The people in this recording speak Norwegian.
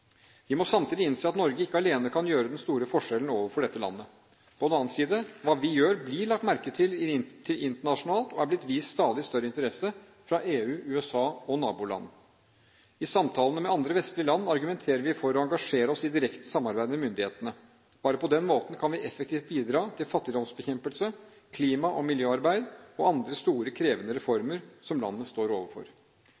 Vi må samtidig innse at Norge ikke alene kan gjøre den store forskjellen overfor dette landet. På den annen side: Hva vi gjør, blir lagt merke til internasjonalt og er blitt vist stadig større interesse fra EU, USA og naboland. I samtalene med andre vestlige land argumenterer vi for å engasjere oss i direkte samarbeid med myndighetene. Bare på den måten kan vi effektivt bidra til fattigdomsbekjempelse, klima- og miljøarbeid og andre store krevende